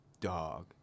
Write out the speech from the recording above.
Dog